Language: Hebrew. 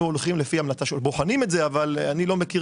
אנחנו בוחנים את זה אבל אני לא זוכר